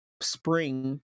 spring